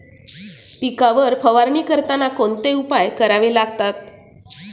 पिकांवर फवारणी करताना कोणते उपाय करावे लागतात?